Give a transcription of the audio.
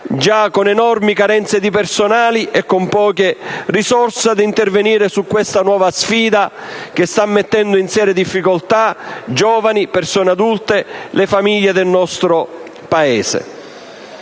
con enormi carenze di personale e poche risorse, ad intervenire su questa nuova sfida che sta mettendo in seria difficoltà giovani, persone adulte e famiglie del nostro Paese.